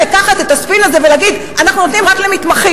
לקחת את הספין הזה ולהגיד: אנחנו נותנים רק למתמחים,